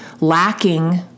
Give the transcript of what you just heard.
lacking